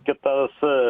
kita su